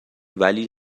ولی